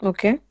Okay